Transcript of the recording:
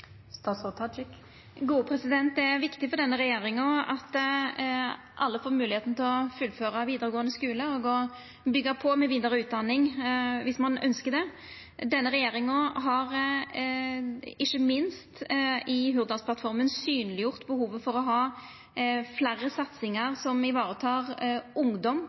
Det er viktig for denne regjeringa at alle får moglegheita til å fullføra vidaregåande skule og å byggja på med vidare utdanning, viss ein ønskjer det. Denne regjeringa har ikkje minst i Hurdalsplattforma synleggjort behovet for å ha fleire satsingar som varetek ungdom